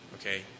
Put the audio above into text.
Okay